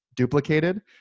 duplicated